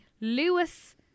Lewis